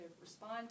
respond